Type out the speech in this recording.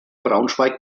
braunschweig